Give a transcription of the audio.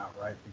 right